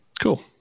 Cool